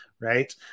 right